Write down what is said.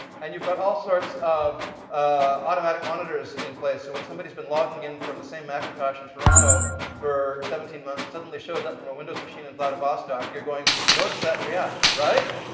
and you've got all sorts of automatic monitors in place. so when somebody's been logging in from the same macintosh in toronto for seventeen months and suddenly shows up from a windows machine in vladivostok, you're going to notice that and react, right?